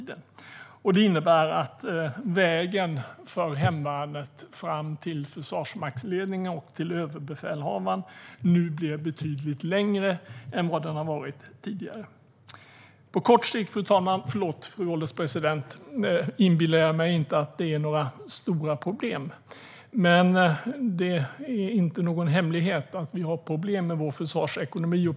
Det innebär att vägen för hemvärnet fram till försvarsmaktsledningen och överbefälhavaren nu blir betydligt längre än vad den har varit tidigare. Fru ålderspresident! Jag inbillar mig inte att det blir några stora problem på kort sikt. Men det är inte någon hemlighet att vi har problem med vår försvarsekonomi.